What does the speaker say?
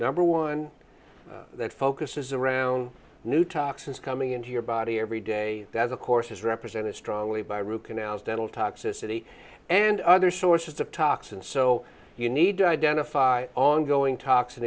number one that focuses around new toxins coming into your body every day that of course is represented strongly by root canals dental toxicity and other sources of toxins so you need to identify ongoing toxin